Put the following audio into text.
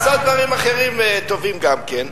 עשה דברים אחרים טובים גם כן.